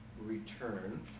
return